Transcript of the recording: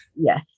yes